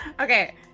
Okay